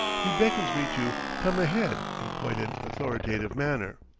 he beckons me to come ahead in quite an authoritative manner.